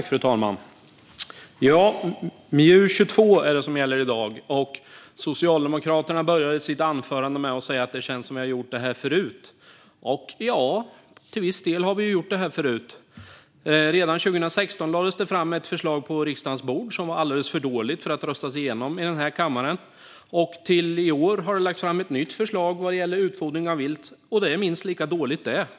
Fru talman! Ja, till viss del har vi gjort det här förut: Redan 2016 lades det fram ett förslag på riksdagens bord som var alldeles för dåligt för att röstas igenom i kammaren. I år har det lagts fram ett nytt förslag vad gäller utfodring av vilt - och det är minst lika dåligt.